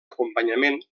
acompanyament